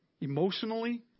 emotionally